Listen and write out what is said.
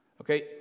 Okay